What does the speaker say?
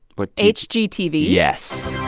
what. hgtv? yes